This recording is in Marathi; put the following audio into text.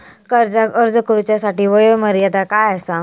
कर्जाक अर्ज करुच्यासाठी वयोमर्यादा काय आसा?